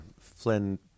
Flynn